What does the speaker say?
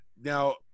now